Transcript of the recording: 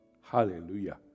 Hallelujah